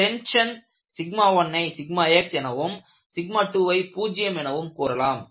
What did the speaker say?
tension 1ஐ xஎனவும் 2ஐ பூஜ்யம் எனவும் கூறலாம்